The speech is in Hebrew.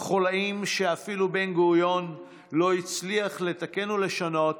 חוליים שאפילו בן-גוריון לא הצליח לתקן ולשנות